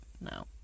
no